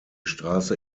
straße